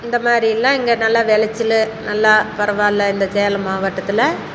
இந்த மாதிரில்லாம் இங்கே நல்லா விளச்சலு நல்லா பரவாயில்ல இந்த சேலம் மாவட்டத்தில்